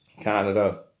Canada